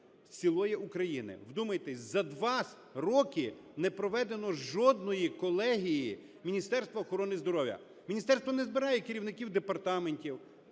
цілої України. Вдумайтесь, за два роки не проведено жодної колегії Міністерства охорони здоров'я. Міністерство не збирає керівників департаментів,